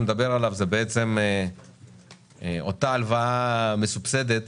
לדבר עליו זה בעצם אותה הלוואה מסובסדת